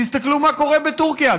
תסתכלו מה קורה בטורקיה.